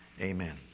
amen